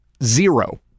Zero